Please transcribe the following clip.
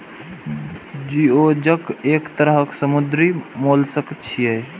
geoduck एक तरह समुद्री मोलस्क छियै